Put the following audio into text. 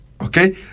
Okay